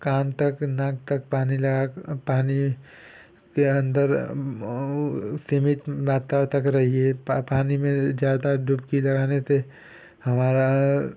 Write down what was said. कान तक नाक तक पानी लगाकर पानी के अन्दर सीमित मात्रा तक रहिए पा पानी में ज़्यादा डुबकी लगाने से हमारा